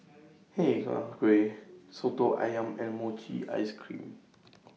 Hi Kak Kuih Soto Ayam and Mochi Ice Cream